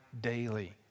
daily